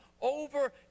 over